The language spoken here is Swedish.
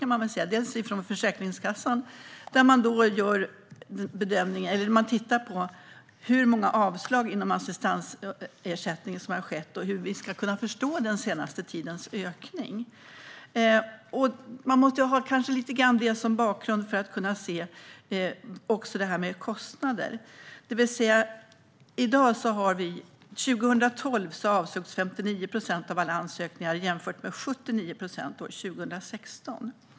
Det ena är från Försäkringskassan, där man tittar på hur många avslag som har skett inom assistansersättningen och hur vi ska kunna förstå den senaste tidens ökning. Man måste kanske lite grann ha det som bakgrund för att kunna se på detta med kostnader. År 2012 avslogs 59 procent av alla ansökningar, att jämföra med 79 procent 2016.